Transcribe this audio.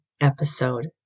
episode